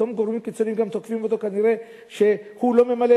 אותם גורמים